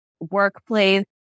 workplace